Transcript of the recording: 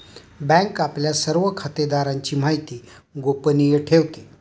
bank आपल्या सर्व खातेदारांची माहिती गोपनीय ठेवते